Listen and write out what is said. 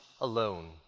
Alone